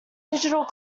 digital